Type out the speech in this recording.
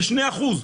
זה 2 אחוז,